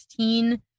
16